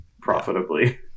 profitably